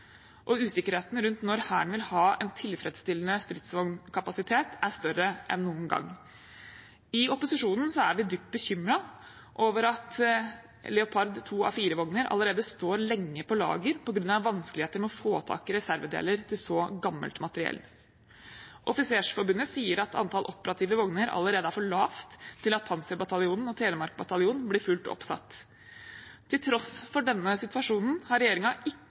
og usikkerheten rundt når Hæren vil ha en tilfredsstillende stridsvognkapasitet, er større enn noen gang. I opposisjonen er vi dypt bekymret over at Leopard 2A4-vogner allerede står lenge på lager på grunn av vanskeligheter med å få tak i reservedeler til så gammelt materiell. Offisersforbundet sier at antallet operative vogner allerede er for lavt til at Panserbataljonen og Telemark bataljon blir fullt oppsatt. Til tross for denne situasjonen har regjeringen ikke lagt fram noen plan for å sikre en rask bedring i